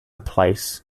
place